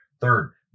Third